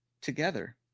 Together